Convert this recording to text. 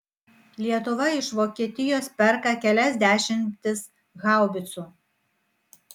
lietuva iš vokietijos perka kelias dešimtis haubicų